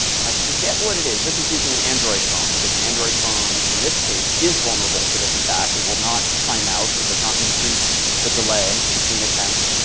and i forget what it is. this is using an android phone because an android phone, in this case, is vulnerable to this attack. it will not timeout. it does not increase the delay between attempts.